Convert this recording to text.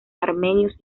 armenios